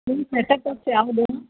ನಿಮ್ಮ set top box ಯಾವುದು